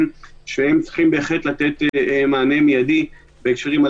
השתתפות בלוויה את זה אתה חייב מיידית לאשר.